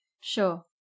Sure